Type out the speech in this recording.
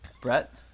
Brett